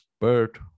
bird